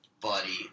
Buddy